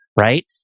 right